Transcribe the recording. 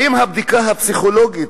האם הבדיקה הפסיכולוגית,